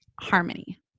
harmony